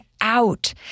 out